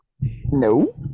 No